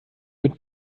mit